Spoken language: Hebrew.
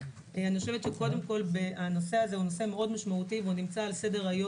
אני חושבת שהנושא הזה הוא נושא מאוד משמעותי והוא נמצא על סדר-היום,